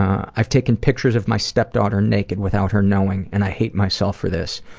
i've taken pictures of my step-daughter naked without her knowing and i hate myself for this.